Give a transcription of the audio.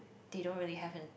they don't really have it